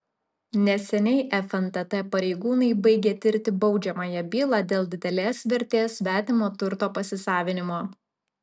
neseniai fntt pareigūnai baigė tirti baudžiamąją bylą dėl didelės vertės svetimo turto pasisavinimo